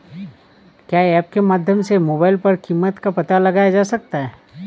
क्या ऐप के माध्यम से मोबाइल पर कीमत का पता लगाया जा सकता है?